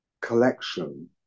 collection